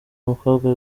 umukobwa